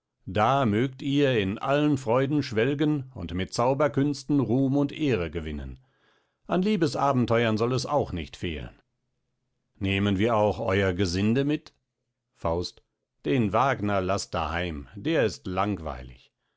da mögt ihr in allen freuden schwelgen und mit zauberkünsten ruhm und ehre gewinnen an liebesabenteuern soll es auch nicht fehlen nehmen wir auch euer gesinde mit faust den wagner laßt daheim der ist langweilig